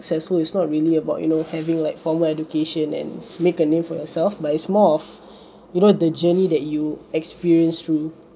successful it's not really about you know having like formal education and make a name for yourself but it's more of you know the journey that you experience through